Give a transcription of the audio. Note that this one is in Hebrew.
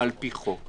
על-פי חוק.